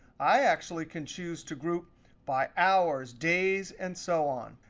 i actually can choose to group by hours, days, and so on.